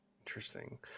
Interesting